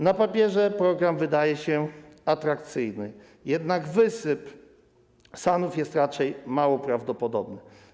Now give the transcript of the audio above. Na papierze program wydaje się atrakcyjny, jednak wysyp SAN-ów jest raczej mało prawdopodobny.